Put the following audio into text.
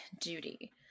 duty